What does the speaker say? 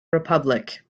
republic